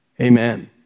Amen